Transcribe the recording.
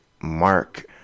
mark